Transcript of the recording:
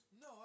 No